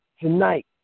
tonight